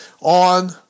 on